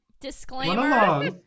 Disclaimer